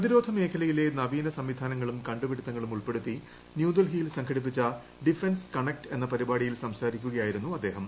പ്രതിരോധ മേഖലയിലെ നവീന സംവിധാനങ്ങളും കണ്ടുപിടുത്തങ്ങളും ഉൾപ്പെടുത്തി ന്യൂഡൽഹിയിൽ സംഘടിപ്പിച്ച ഡിഫെൻസ് കണക്ട് എന്ന പരിപാടിയിൽ സംസാരിക്കുകയായിരുന്നു അദ്ദേഹം